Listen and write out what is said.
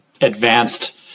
advanced